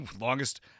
Longest